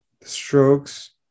Strokes